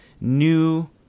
new